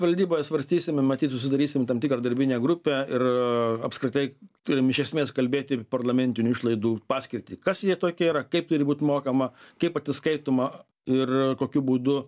valdyboje svarstysime matyt susidarysim tam tikrą darbinę grupę ir apskritai turim iš esmės kalbėti parlamentinių išlaidų paskirtį kas jie tokie yra kaip turi būt mokama kaip atsiskaitoma ir kokiu būdu